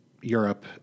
Europe